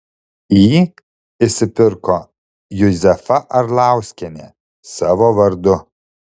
jį išsipirko juzefa arlauskienė savo vardu